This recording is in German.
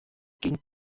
gegen